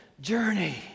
journey